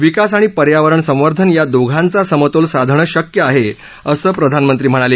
विकास आणि पर्यावरण संवर्धन या दोघांचा समतोल साधणं शक्य आहे असं प्रधानमंत्री म्हणाले